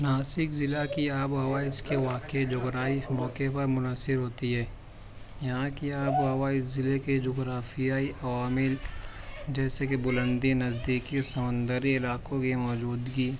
ناسک ضلع کی آب و ہوا اس کے واقع جغرافیہ موقعے پر منحصر ہوتی ہے یہاں کی آب و ہوا اس ضلعے کے جغرافیائی عوامل جیسے کہ بلندی نزدیکی سمندری علاقوں کی موجودگی